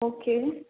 okay